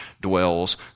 dwells